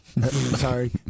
Sorry